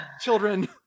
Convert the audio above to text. Children